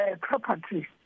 property